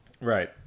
Right